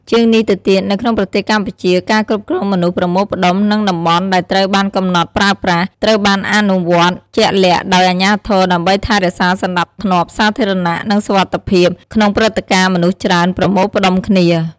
ជាងនេះទៅទៀត នៅក្នុងប្រទេសកម្ពុជាការគ្រប់គ្រងមនុស្សប្រមូលផ្ដុំ និងតំបន់ដែលត្រូវបានកំណត់ប្រើប្រាស់ ត្រូវបានអនុវត្តជាក់លាក់ដោយអាជ្ញាធរដើម្បីថែរក្សាសណ្ដាប់ធ្នាប់សាធារណៈ និងសុវត្ថិភាព ក្នុងព្រឹត្តិការណ៍មនុស្សច្រើនប្រមូលផ្តុំគ្នា។